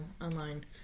Online